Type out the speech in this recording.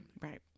Right